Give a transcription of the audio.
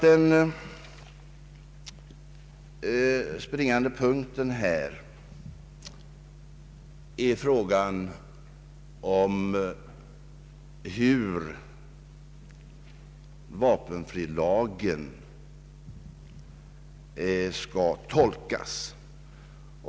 Den springande punkten här är nog ändå frågan om hur vapenfrilagen skall tolkas.